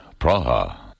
Praha